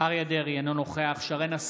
אריה מכלוף דרעי, אינו נוכח שרן מרים